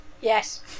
Yes